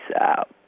out